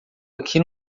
aqui